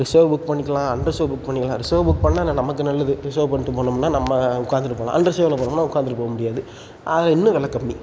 reserve book பண்ணிக்கலாம் unreserved book பண்ணிக்கலாம் reserve book பண்ணால் ந நமக்கு நல்லது ரிசர்வ் பண்ணிட்டு போனோம்னால் நம்ம உட்காந்துட்டு போகலாம் அன்ரிசர்வ்டில் போனோம்னால் உட்காந்துட்டு போக முடியது இன்னும் வெலை கம்மி